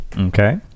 Okay